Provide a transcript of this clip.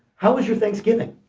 how was your thanksgiving?